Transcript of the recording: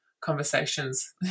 conversations